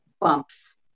bumps